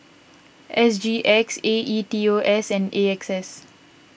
S G X A E T O S and A X S